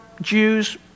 Jews